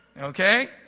okay